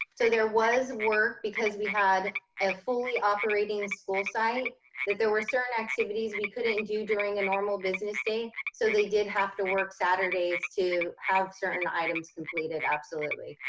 there was work because we had a fully operating school site that there were certain activities we couldn't do during a normal business day. so they did have to work saturdays to have certain items completed absolutely.